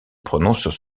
prononcent